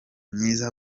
myiza